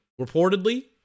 Reportedly